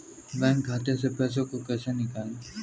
Bank खाते से पैसे को कैसे निकालें?